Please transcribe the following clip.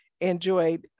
enjoyed